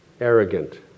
arrogant